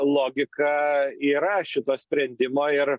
logika yra šito sprendimo ir